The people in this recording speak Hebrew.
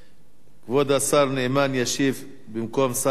כבוד השר נאמן ישיב במקום שר התחבורה.